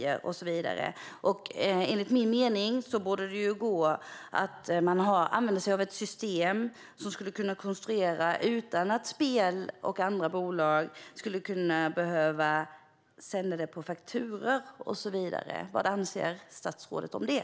Enligt min mening borde det gå att använda sig av ett system som är konstruerat så att spelbolag och andra bolag inte skulle behöva sälja på fakturor. Vad anser statsrådet om det?